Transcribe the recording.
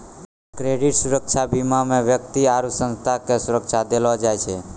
credit सुरक्षा बीमा मे व्यक्ति आरु संस्था के सुरक्षा देलो जाय छै